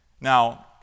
Now